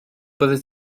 byddet